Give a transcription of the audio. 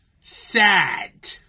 sad